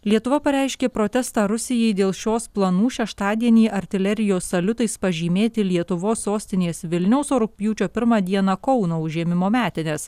lietuva pareiškė protestą rusijai dėl šios planų šeštadienį artilerijos saliutais pažymėti lietuvos sostinės vilniaus o rugpjūčio pirmą dieną kauno užėmimo metines